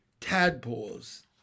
Tadpoles